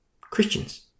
Christians